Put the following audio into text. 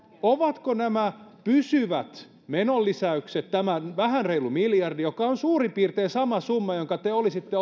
nämä pysyvät menolisäykset tämä vähän reilu miljardi joka on suurin piirtein sama summa jonka te olisitte